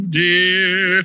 dear